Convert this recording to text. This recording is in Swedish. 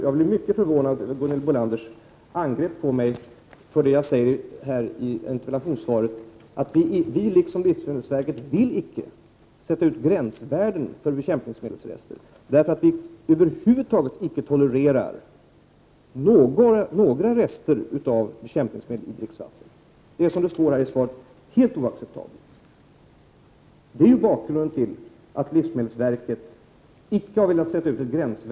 Jag blev mycket förvånad över Gunhild Bolanders angrepp mot mig för att jag i interpellationssvaret säger att vi liksom livsmedelsverket icke vill ange gränsvärden för bekämpningsmedelsrester, därför att vi över huvud taget icke tolererar några rester av bekämpningsmedel i dricksvatten. Det är, som framhålls i svaret, helt oacceptabelt. Det är bakgrunden till att livsmedelsverketicke har velat sätta ut ett gränsvärde.